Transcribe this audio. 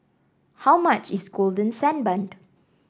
how much is Golden Sand Bun